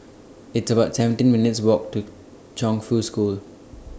It's about seventeen minutes' Walk to Chongfu School